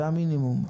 זה המינימום.